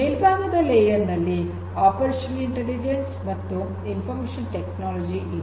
ಮೇಲ್ಭಾಗದ ಲೇಯರ್ ನಲ್ಲಿ operational intelligence ಮತ್ತು ಇನ್ಫರ್ಮೇಷನ್ ಟೆಕ್ನಾಲಜಿ ಇವೆ